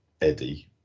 Eddie